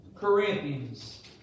Corinthians